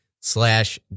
slash